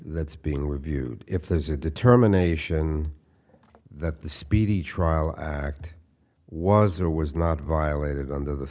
that's being reviewed if there is a determination that the speedy trial act was or was not violated under the